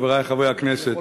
חברי חברי הכנסת,